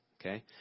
okay